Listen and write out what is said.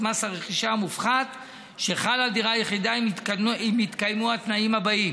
מס הרכישה המופחת שחל על דירה יחידה אם התקיימו התנאים הבאים: